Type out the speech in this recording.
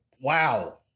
wow